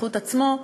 בזכות עצמו,